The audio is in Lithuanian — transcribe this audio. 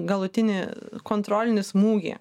galutinį kontrolinį smūgį